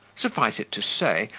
suffice it to say,